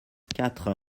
quatre